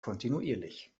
kontinuierlich